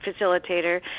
facilitator